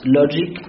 logic